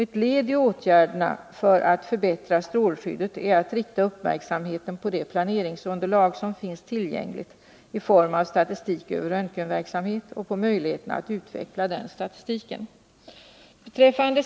Ett led i åtgärderna för att förbättra strålskyddet är att rikta uppmärksamheten på det planeringsunderlag som finns tillgängligt i form av statistik över röntgenverksamhet och på möjligheterna att utveckla den statistiken.